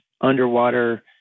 underwater